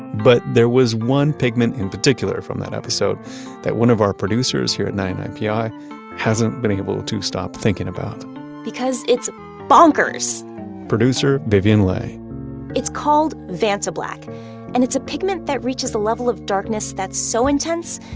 but there was one pigment in particular from that episode that one of our producers here at ninety nine pi hasn't been able to stop thinking about because it's bonkers producer vivian le it's called vantablack and it's a pigment that reaches the level of darkness that's so intense,